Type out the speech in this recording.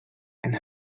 and